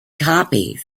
copies